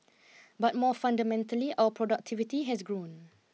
but more fundamentally our productivity has grown